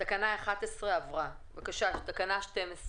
את מספר הטלפון שלו, למטרת חקירה